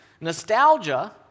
Nostalgia